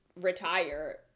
retire